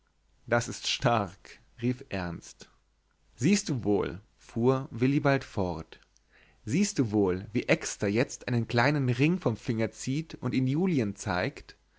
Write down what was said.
das ist stark rief ernst siehst du wohl fuhr willibald fort siehst du wohl wie exter jetzt einen kleinen ring vom finger zieht und ihn julien zeigt